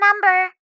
number